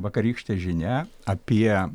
vakarykštė žinia apie